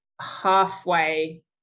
halfway